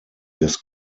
des